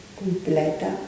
completa